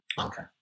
Okay